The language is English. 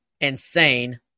insane